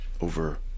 Over